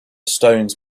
stones